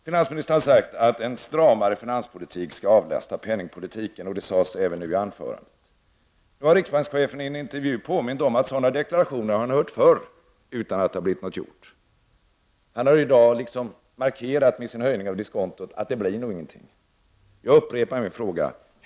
Finansministern har sagt att en stramare finanspolitik skall avlasta penningpolitiken. Det sades även nu i anförandet. Nu har riksbankschefen i en intervju påmint om att han har hört sådana deklarationer förr utan att det har blivit något gjort. Han har i dag, i och med höjningen av diskontot, markerat att det nog inte blir något. Jag upprepar min fråga.